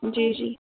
जी जी